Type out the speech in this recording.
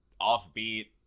offbeat